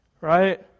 Right